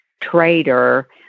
trader